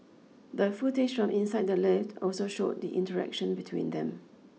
the footage from inside the lift also showed the interaction between them